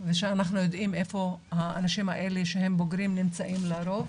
ושאנחנו יודעים איפה האנשים האלה כשהם בוגרים נמצאים לרוב.